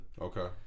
Okay